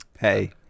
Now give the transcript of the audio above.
hey